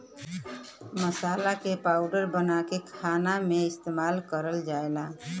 मसाला क पाउडर बनाके खाना में इस्तेमाल करल जाला